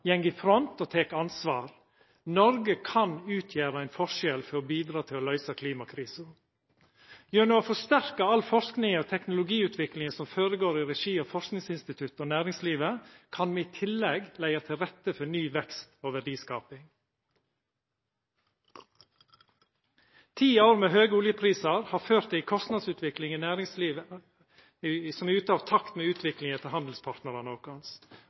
går i front og tek ansvar. Noreg kan utgjera ein forskjell for å bidra å løysa klimakrisa. Gjennom å forsterka all forsking og teknologiutvikling som går føre seg i regi av forskingsinstitutt og næringslivet, kan me i tillegg leggja til rette for ny vekst og verdiskaping. Ti år med høge oljeprisar har ført til ei kostnadsutvikling i næringslivet som er ute av takt med utviklinga til handelspartnarane